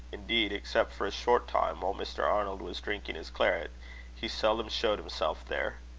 indeed, except for a short time, while mr. arnold was drinking his claret, he seldom showed himself there.